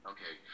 Okay